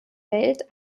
welt